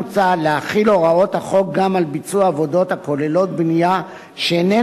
מוצע להחיל את הוראות החוק גם על ביצוע עבודות הכוללות בנייה שאיננה